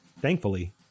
Thankfully